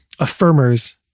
affirmers